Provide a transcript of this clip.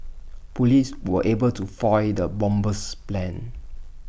Police were able to foil the bomber's plans